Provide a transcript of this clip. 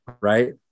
right